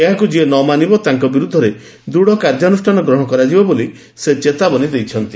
ଏହାକୁ ଯିଏ ନ ମାନିବ ତାଙ୍କ ବିରୁଦ୍ଧରେ ଦୂତ କାର୍ଯ୍ୟାନୁଷ୍ଠାନ ଗ୍ରହଣ କରା ଯିବ ବୋଲି ସେ ଚେତାବନୀ ଦେଇଛନ୍ତି